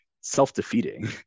self-defeating